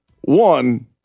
one